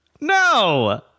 no